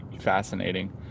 fascinating